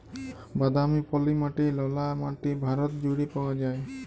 বাদামি, পলি মাটি, ললা মাটি ভারত জুইড়ে পাউয়া যায়